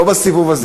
לא בסיבוב הזה.